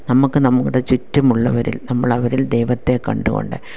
നമുക്ക് നമ്മുടെ ചുറ്റും ഉള്ളവരിൽ നമ്മളവരിൽ ദൈവത്തെ കണ്ടുകൊണ്ട്